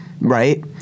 right